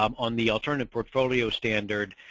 um on the alternative portfolio standard,